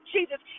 Jesus